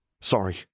Sorry